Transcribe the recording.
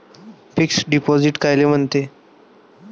Fix deposit कायले म्हनते?